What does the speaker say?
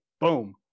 boom